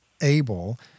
able